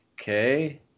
okay